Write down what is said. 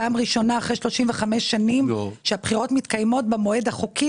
פעם ראשונה אחרי 35 שנים שהבחירות מתקיימות במועד החוקי,